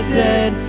dead